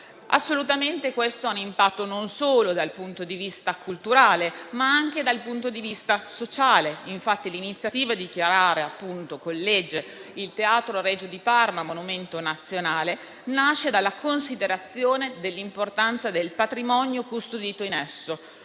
civiltà. Questo ha un impatto non solo dal punto di vista culturale, ma anche dal punto di vista sociale. L'iniziativa di dichiarare con legge il Teatro Regio di Parma monumento nazionale nasce infatti dalla considerazione dell'importanza del patrimonio custodito in esso